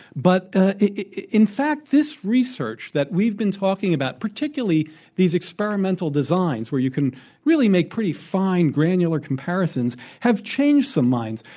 but in fact, this research that we've been talking about, particularly these experimental designs where you can really make pretty fine granular comparisons have changed some minds.